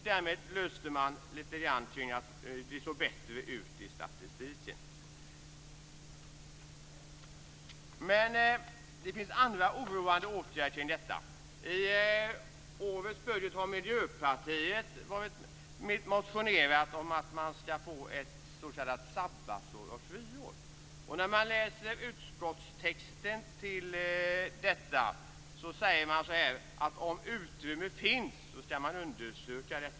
Därmed såg det bättre ut i statistiken. Det finns andra oroande åtgärder kring detta. I sabbatsår eller friår. I utskottstexten står det att man skall undersöka detta om utrymme finns.